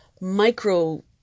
micro